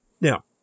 Now